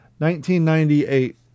1998